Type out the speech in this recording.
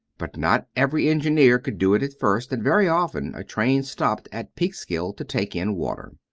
but not every engineer could do it at first, and very often a train stopped at peekskill to take in water.